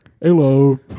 Hello